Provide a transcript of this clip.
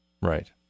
Right